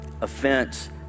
Offense